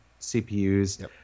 CPUs